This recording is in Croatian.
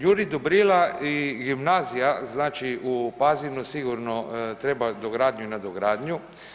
Juraj Dobrila“ i gimnazija znači u Pazinu sigurno treba dogradnju i nadogradnju.